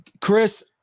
Chris